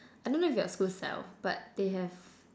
I don't know if your school sell but they have